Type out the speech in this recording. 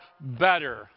better